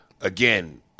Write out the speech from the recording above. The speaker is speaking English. again